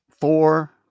four